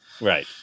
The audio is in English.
Right